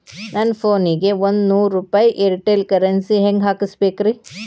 ನನ್ನ ಫೋನಿಗೆ ಒಂದ್ ನೂರು ರೂಪಾಯಿ ಏರ್ಟೆಲ್ ಕರೆನ್ಸಿ ಹೆಂಗ್ ಹಾಕಿಸ್ಬೇಕ್ರಿ?